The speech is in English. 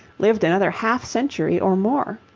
lived another half-century or more.